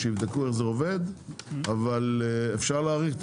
שיבדקו איך זה עובד אבל אפשר להאריך את